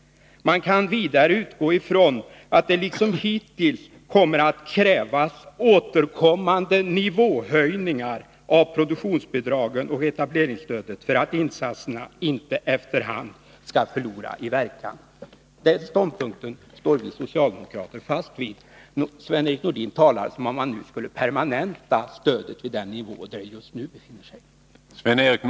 Man kan vidare utgå ifrån att det liksom hittills kommer att krävas återkommande nivåhöjningar av produktionsbidragen och etableringsstödet för att insatserna inte efter hand skall förlora i verkan. Den ståndpunkten står vi socialdemokrater fast vid. Sven-Erik Nordin talar som om man skulle Nr 118 permanenta stödet vid den nivå där det just nu befinner sig. Onsdagen den